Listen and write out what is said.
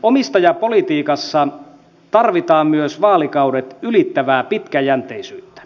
omistajapolitiikassa tarvitaan myös vaalikaudet ylittävää pitkäjänteisyyttä